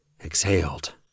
exhaled